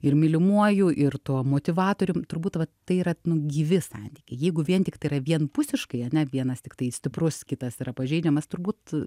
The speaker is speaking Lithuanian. ir mylimuoju ir tuo motyvatorium turbūt vat tai yra nu gyvi santykiai jeigu vien tik tai yra vienpusiškai ane vienas tiktai stiprus kitas yra pažeidžiamas turbūt